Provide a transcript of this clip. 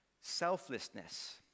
selflessness